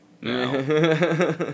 now